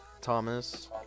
Thomas